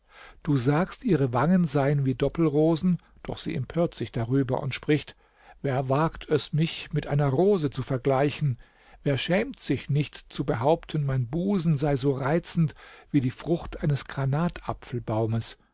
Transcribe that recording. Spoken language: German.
du sagst ihre wangen seien wie doppelrosen doch sie empört sich darüber und spricht wer wagt es mich mit einer rose zu vergleichen wer schämt sich nicht zu behaupten mein busen sei so reizend wie die frucht eines